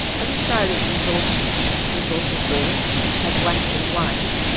as australia's resources resources boom has waxed and waned,